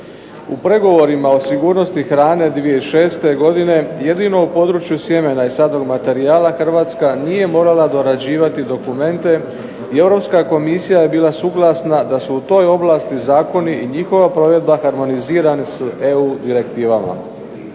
U pregovorima o sigurnosti hrane 2006. godine jedino je u području sjemena i sadnog materijala Hrvatska nije morala dorađivati dokumente i Europska komisija je bila suglasna da se u toj ovlasti, zakoni i njihova provedba harmonizirane sa EU direktivama.